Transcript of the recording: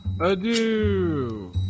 Adieu